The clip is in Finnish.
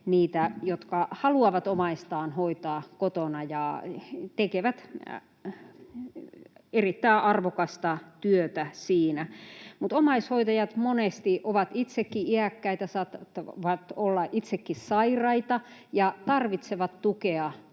niitä, jotka haluavat hoitaa omaistaan kotona ja tekevät erittäin arvokasta työtä siinä. Mutta omaishoitajat monesti ovat itsekin iäkkäitä, saattavat olla itsekin sairaita ja tarvitsevat tukea